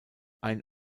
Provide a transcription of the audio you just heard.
ein